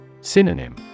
Synonym